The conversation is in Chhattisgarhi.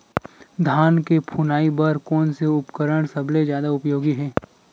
धान के फुनाई बर कोन से उपकरण सबले जादा उपयोगी हे?